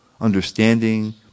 understanding